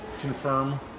confirm